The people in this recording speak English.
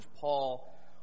Paul